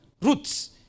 roots